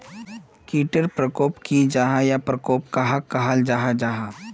कीट टर परकोप की जाहा या परकोप कहाक कहाल जाहा जाहा?